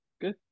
good